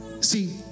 see